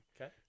Okay